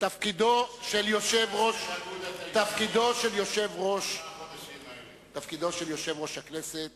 תפקידו של יושב-ראש הכנסת